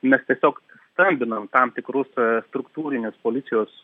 mes tiesiog stambinam tam tikrus struktūrinius policijos